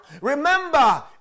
remember